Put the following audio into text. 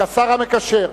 כשר המקשר.